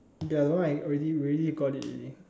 ya the one I really really got it already